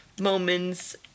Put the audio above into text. moments